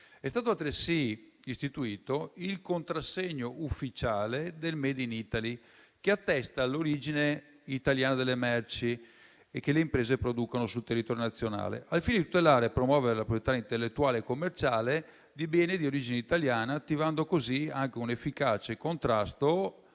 È stato altresì istituito il contrassegno ufficiale del *made in Italy*, che attesta l'origine italiana delle merci che le imprese producono sul territorio nazionale, al fine di tutelare e promuovere la proprietà intellettuale e commerciale di beni di origine italiana, attivando così un efficace contrasto